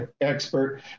expert